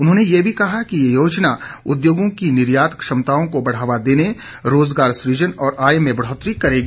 उन्होंने ये भी कहा कि ये योजना उद्योगों की निर्यात क्षमताओं को बढ़ावा देने रोजगार सृजन और आय में बढ़ोतरी करेगी